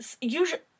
Usually